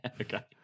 Okay